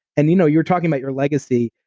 and you know you're talking about your legacy.